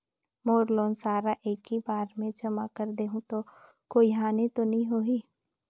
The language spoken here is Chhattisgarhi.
मोर लोन सारा एकी बार मे जमा कर देहु तो कोई हानि तो नी होही?